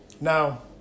Now